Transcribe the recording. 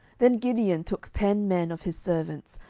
then gideon took ten men of his servants,